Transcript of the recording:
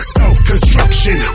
self-construction